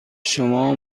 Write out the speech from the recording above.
شما